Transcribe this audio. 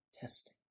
testing